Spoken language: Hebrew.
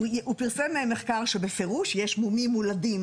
הוא פרסם מחקר שבפירוש יש מומים מולדים